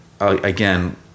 again